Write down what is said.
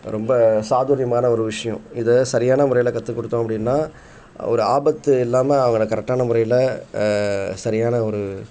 ரொம்ப சாதுரியமான ஒரு விஷயோம் இதை சரியான முறையில் கற்றுக்குடுத்தோம் அப்படின்னா ஒரு ஆபத்து இல்லாமல் அவங்கள கரெக்டான முறையில் சரியான ஒரு